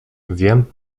wiem